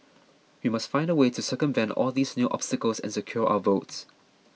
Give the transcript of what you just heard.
we must find a way to circumvent all these new obstacles and secure our votes